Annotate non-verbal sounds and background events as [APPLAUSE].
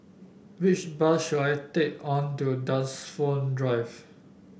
which bus should I take [UNINTELLIGIBLE] to Dunsfold Drive